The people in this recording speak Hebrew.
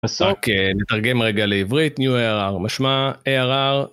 אוקיי, נתרגם רגע לעברית, New ARR, משמע ARR.